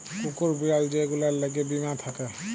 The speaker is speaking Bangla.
কুকুর, বিড়াল যে গুলার ল্যাগে বীমা থ্যাকে